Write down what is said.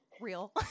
real